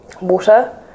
water